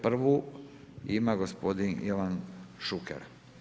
Prvu ima gospodin Ivan Šuker.